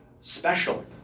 special